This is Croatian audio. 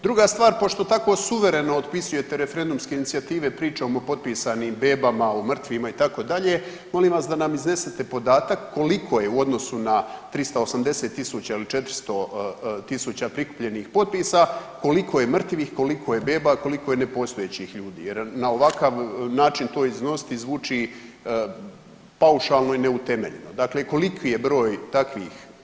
Druga stvar, pošto tako suvereno otpisujete referendumske inicijative pričama o potpisanim bebama, o mrtvima itd., molim vas da nam iznesete podatak koliko je u odnosu na 380.000 ili 400.000 prikupljenih potpisa koliko je mrtvih, koliko je beba, koliko je nepostojećih ljudi jer na ovakav način to iznositi zvuči paušalno i neutemeljeno, dakle koliki je broj takvih